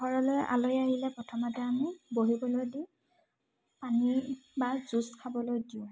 ঘৰলৈ আলহী আহিলে প্ৰথমতে আমি বহিবলৈ দি পানী বা জুঁচ খাবলৈ দিওঁ